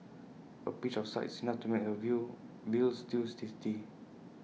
A pinch of salt is enough to make A veal Veal Stew tasty